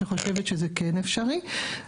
שחושבת שזה כן אפשרי.